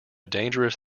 dangerous